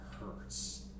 hurts